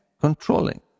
controlling